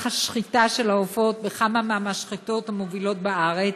השחיטה של העופות בכמה מהמשחטות המובילות בארץ,